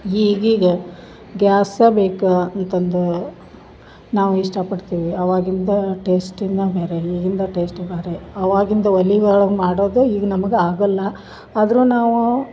ಈಗೀಗ ಗ್ಯಾಸ ಬೇಕು ಅಂತಂದು ನಾವು ಇಷ್ಟಪಡ್ತೀವಿ ಅವಾಗಿಂದ ಟೇಸ್ಟಿನ ಬೇರೆ ಈಗಿಂದ ಟೇಸ್ಟ್ ಬ್ಯಾರೆ ಅವಾಗಿಂದ ಒಲಿ ಒಳ್ಗ ಮಾಡದು ಈಗ ನಮ್ಗೆ ಆಗಲ್ಲ ಆದರು ನಾವು